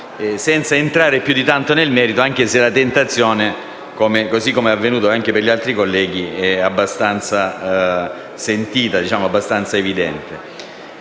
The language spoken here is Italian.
senza entrare più di tanto nel merito, anche se la tentazione - così com'è avvenuto anche per gli altri colleghi - è abbastanza sentita